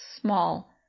small